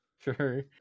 Sure